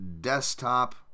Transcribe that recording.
desktop